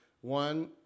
One